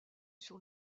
sur